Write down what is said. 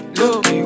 look